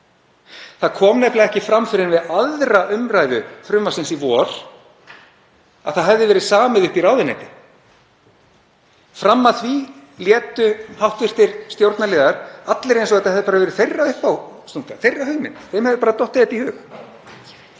Það kom nefnilega ekki fram fyrr en við 2. umr. frumvarpsins í vor að það hefði verið samið uppi í ráðuneyti. Fram að því létu hv. stjórnarliðar allir eins og þetta hefði bara verið þeirra uppástunga, þeirra hugmynd, þeim hefði bara dottið þetta í hug,